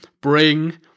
bring